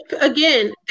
again